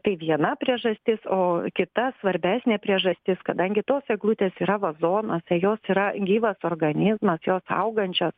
tai viena priežastis o kita svarbesnė priežastis kadangi tos eglutės yra vazonuose jos yra gyvas organizmas jos augančios